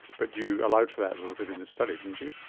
but you allowed for that a little bit in this study, didn't you?